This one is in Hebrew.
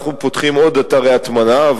אנחנו פותחים עוד אתרי הטמנה.